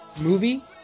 Movie